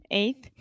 eighth